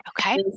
Okay